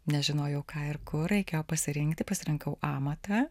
nežinojau ką ir kur reikėjo pasirinkti pasirinkau amatą